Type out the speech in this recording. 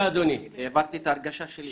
העברתי את ההרגשה שלי.